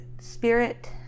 spirit